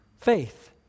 faith